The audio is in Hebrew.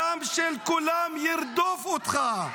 הדם של כולם ירדוף אותך.